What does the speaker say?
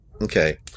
Okay